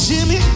Jimmy